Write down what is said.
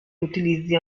utilizzi